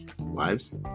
Wives